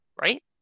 right